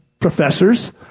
professors